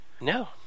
No